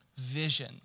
Vision